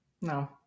no